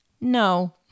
No